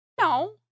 No